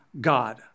God